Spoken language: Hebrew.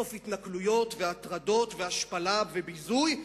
אין-סוף התנכלויות והטרדות והשפלה וביזוי.